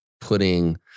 putting